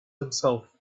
himself